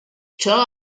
ciò